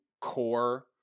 core